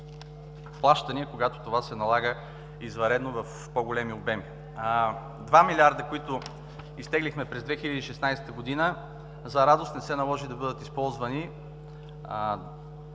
плащания, когато това се налага извънредно в по-големи обеми. Два милиарда, които изтеглихме през 2016 г. – за радост не се наложи да бъдат използвани